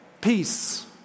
peace